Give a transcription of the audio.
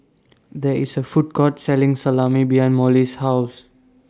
There IS A Food Court Selling Salami behind Mollie's House